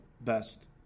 best